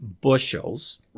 bushels